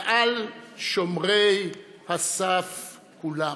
מעל שומרי הסף כולם.